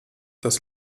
das